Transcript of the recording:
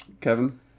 kevin